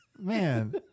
Man